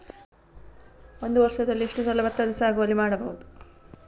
ಒಂದು ವರ್ಷದಲ್ಲಿ ಎಷ್ಟು ಸಲ ಭತ್ತದ ಸಾಗುವಳಿ ಮಾಡಬಹುದು?